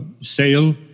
sale